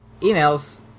Emails